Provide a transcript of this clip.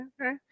okay